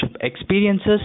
experiences